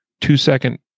two-second